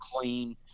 clean